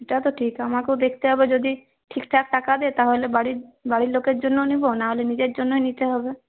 সেটাও তো ঠিক আমাকেও দেখতে হবে যদি ঠিকঠাক টাকা দেয় তাহলে বাড়ির বাড়ির লোকের জন্য নেবো না হলে নিজের জন্যই নিতে হবে